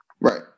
Right